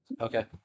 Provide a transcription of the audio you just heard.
Okay